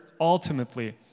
ultimately